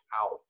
out